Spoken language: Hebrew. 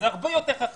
אז זה הרבה יותר חכם,